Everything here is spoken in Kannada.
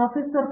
ಪ್ರೊಫೆಸರ್